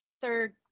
third